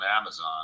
Amazon